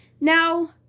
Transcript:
Now